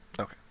Okay